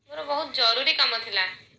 ମୋର ବହୁତ ଜରୁରୀ କାମ ଥିଲା